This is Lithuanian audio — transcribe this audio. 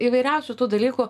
įvairiausių tų dalykų